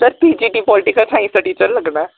sir T G T political science दा teacher लगना ऐ